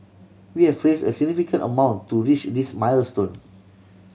we have raised a significant amount to reach this milestone